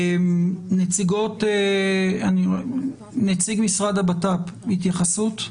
נציג משרד הבט"פ, התייחסות.